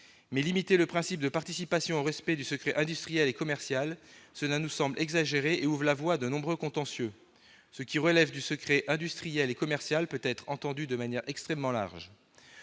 limiter le principe de participation au respect du secret industriel et commercial nous semble exagéré et ouvre la voie à de nombreux contentieux, car ce qui relève du secret industriel et commercial peut-être entendu de manière extrêmement large.